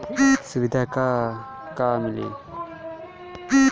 सुविधा का का मिली?